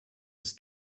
des